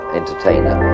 entertainer